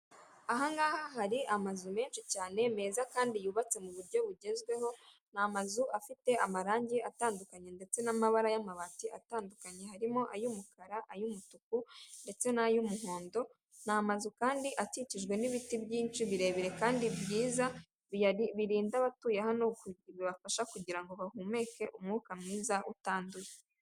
Aha ngaha hari amazu menshi cyane meza kandi yubatse mu buryo bugezweho, ni amazu afite amarangi atandukanye ndetse n'amabara y'amabati atandukanye harimo ay'umukara, ay'umutuku ndetse n'ay'umuhondo, ni amazu kandi akikijwe n'ibiti byinshi birebire kandi byiza birinda abatuye hano bibafasha kugira ngo bahumeke umwuka mwiza utanduye.